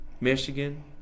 Michigan